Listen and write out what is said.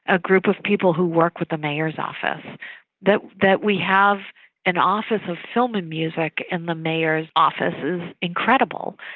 ah group of people who work with the mayor's office that that we have an office of film and music in the mayor's offices is incredible.